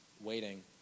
waiting